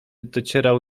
docierał